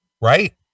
Right